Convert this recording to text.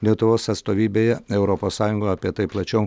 lietuvos atstovybėje europos sąjungoje apie tai plačiau